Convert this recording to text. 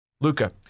Luca